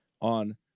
on